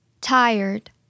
Tired